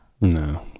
No